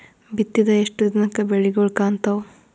ಬಿತ್ತಿದ ಎಷ್ಟು ದಿನಕ ಬೆಳಿಗೋಳ ಕಾಣತಾವ?